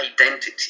identity